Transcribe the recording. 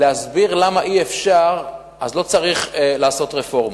להסביר למה אי-אפשר, אז לא צריך לעשות רפורמות.